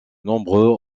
nombreux